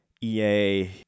EA